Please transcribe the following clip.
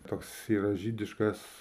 toks yra žydiškas